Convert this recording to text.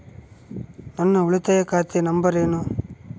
ನನ್ನ ಉಳಿತಾಯ ಖಾತೆ ನಂಬರ್ ಏನು?